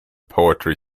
poetry